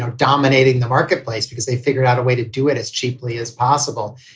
dominating the marketplace, because they figured out a way to do it as cheaply as possible.